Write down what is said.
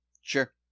Sure